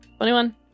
21